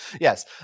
yes